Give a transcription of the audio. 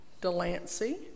Delancey